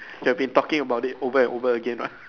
you have been talking about it over and over again right